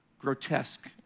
grotesque